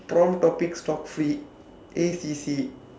prompt topics talk free A C C